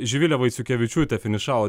živilė vaiciukevičiūtė finišavo